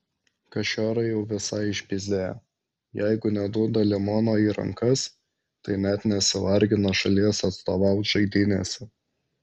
kašiorai jau visai išpyzdėję jeigu neduoda limono į rankas tai net nesivargina šalies atstovaut žaidynėse